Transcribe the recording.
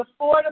affordable